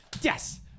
Yes